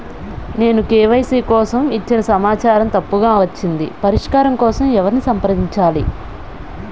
నేను కే.వై.సీ కోసం ఇచ్చిన సమాచారం తప్పుగా వచ్చింది పరిష్కారం కోసం ఎవరిని సంప్రదించాలి?